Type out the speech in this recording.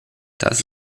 das